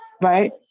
right